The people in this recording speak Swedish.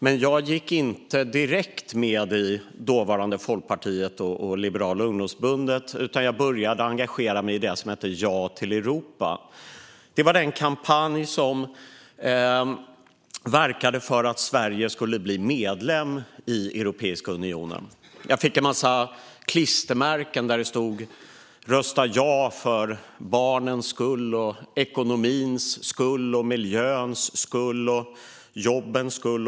Men jag gick inte direkt med i dåvarande Folkpartiet och Liberala ungdomsförbundet, utan jag började engagera mig i det som hette Ja till Europa. De drev en kampanj för att Sverige skulle bli medlem i Europeiska unionen. Jag fick en massa klistermärken där det stod: Rösta ja för barnens skull! Rösta ja för ekonomins skull! Rösta ja för miljöns skull! Rösta ja för jobbens skull!